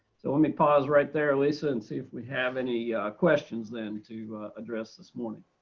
so let me pause right there lisa and see if we have any questions then to address this morning.